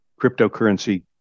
cryptocurrency